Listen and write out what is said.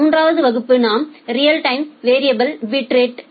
மூன்றாம் வகுப்பு நான் ரியல் டைம் வேறிஏபில் பிட்ரேட்